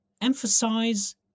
emphasize